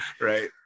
Right